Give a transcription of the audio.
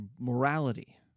morality